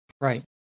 right